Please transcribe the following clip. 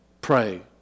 Pray